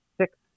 six